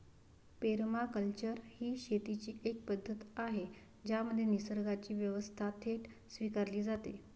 permaculture ही शेतीची एक पद्धत आहे ज्यामध्ये निसर्गाची व्यवस्था थेट स्वीकारली जाते